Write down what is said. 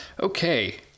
Okay